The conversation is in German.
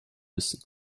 müssen